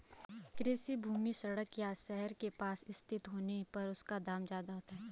कृषि भूमि सड़क या शहर के पास स्थित होने पर उसका दाम ज्यादा होता है